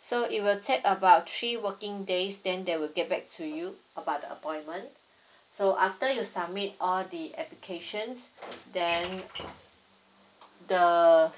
so it will take about three working days then they will get back to you about the appointment so after you submit all the applications then the